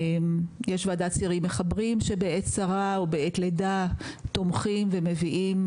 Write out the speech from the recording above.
יש ועדת צעירים מחברים שבעת צרה או בעת לידה תומכים ומביאים.